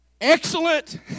Excellent